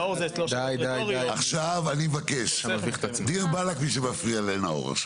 עכשיו אני מבקש, דיר באלאק מי שמפריע לנאור.